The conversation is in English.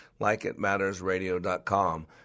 likeitmattersradio.com